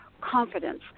confidence